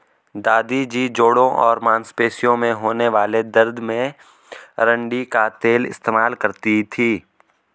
दादी जी जोड़ों और मांसपेशियों में होने वाले दर्द में अरंडी का तेल इस्तेमाल करती थीं